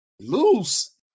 loose